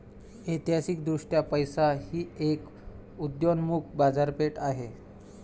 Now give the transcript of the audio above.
ऐतिहासिकदृष्ट्या पैसा ही एक उदयोन्मुख बाजारपेठ आहे